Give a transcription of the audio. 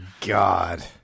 God